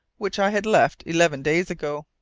which i had left eleven days ago.